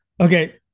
okay